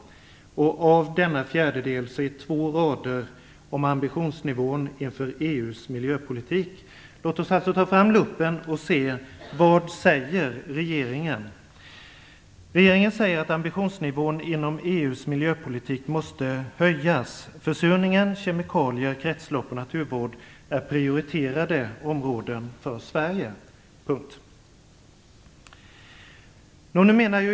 Av denna fjärdedel handlade två rader om ambitionsnivån inför EU:s miljöpolitik. Låt oss ta fram luppen och se vad regeringen säger: "Ambitionsnivån inom EU:s miljöpolitik måste höjas. Försurningen, kemikalier, kretslopp och naturvård är prioriterade områden för Sverige."